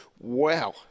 wow